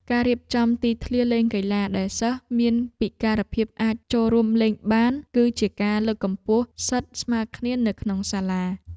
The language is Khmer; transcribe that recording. ការរៀបចំទីធ្លាលេងកីឡាដែលសិស្សមានពិការភាពអាចចូលរួមលេងបាន គឺជាការលើកកម្ពស់សិទ្ធិស្មើគ្នានៅក្នុងសាលា។